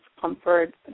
comfort